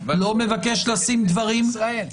לא מבקש לשים דברים ------ בכנסת ישראל.